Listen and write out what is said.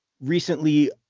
recently